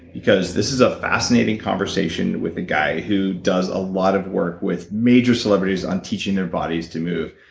because this is a fascinating conversation with a guy who does a lot of work with major celebrities on teaching their bodies to move.